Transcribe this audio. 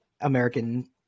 American